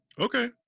Okay